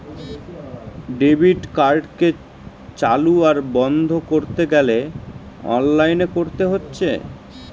debit কার্ডকে চালু আর বন্ধ কোরতে গ্যালে অনলাইনে কোরতে হচ্ছে